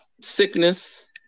sickness